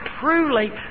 truly